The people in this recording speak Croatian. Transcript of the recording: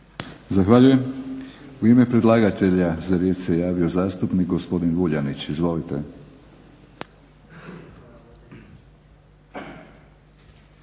Zahvaljujem. U ime predlagatelja za riječ se javio zastupnik gospodin Vuljanić. Izvolite.